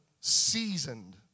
seasoned